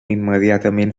immediatament